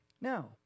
Now